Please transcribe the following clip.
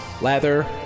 Lather